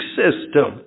system